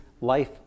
life